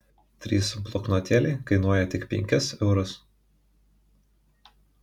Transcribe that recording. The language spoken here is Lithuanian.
trys bloknotėliai kainuoja tik penkis eurus